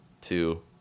two